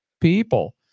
people